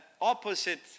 opposite